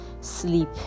sleep